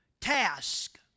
task